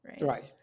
right